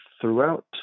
throughout